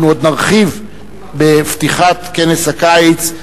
אנחנו עוד נרחיב בפתיחת כנס הקיץ.